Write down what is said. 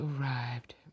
arrived